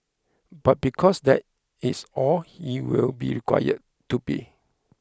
but because that its all he will be required to be